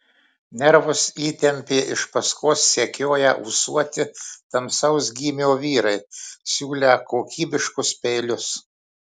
nervus įtempė iš paskos sekioję ūsuoti tamsaus gymio vyrai siūlę kokybiškus peilius